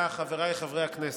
חברי הכנסת,